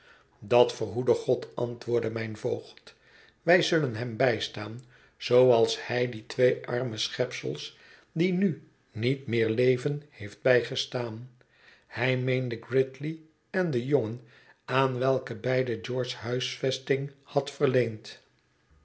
dat verhoede god antwoordde mijn voogd wij zullen hem bijstaan zooals hij die twee arme schepsels die nu niet meer leven heeft bijgestaan hij meende gridley en den jongen aan welke beide george huisvesting had verleend